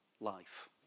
life